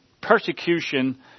persecution